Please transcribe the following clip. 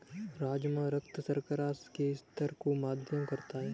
राजमा रक्त शर्करा के स्तर को मध्यम करता है